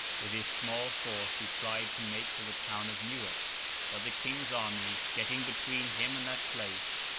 with his small force he tried to make for the town of newark but the king's army getting between him and that place,